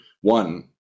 one